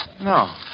No